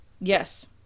yes